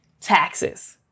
taxes